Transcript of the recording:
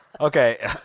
Okay